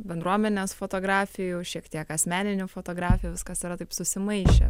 bendruomenės fotografijų šiek tiek asmeninių fotografijų viskas yra taip susimaišę